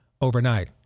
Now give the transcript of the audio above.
overnight